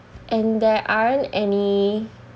and there aren't any